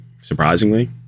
surprisingly